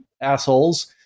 assholes